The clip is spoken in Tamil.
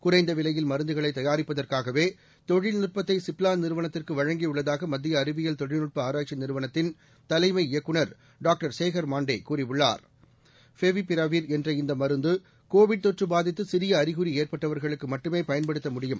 குறைந்த விலையில் மருந்துகளை தயாரிப்பதற்காகவே தொழில் நுட்பத்தை சிப்லா நிறுவனத்திற்கு வழங்கியுள்ளதாக மத்திய அறிவியல் தொழில்நுட்ப ஆராய்ச்சி நிறுவனத்தின் தலைமை இயக்குநர் டாங்டர் சேகர் மாண்டே கூறியுள்ளார் கயஎலிசையஎசை என்ற இந்த மருந்து கோவிட் தொற்று பாதித்து சிறிய அறிகுறி ஏற்பட்டவர்களுக்கு மட்டுமே பயன்படுத்த முடியும்